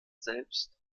selbst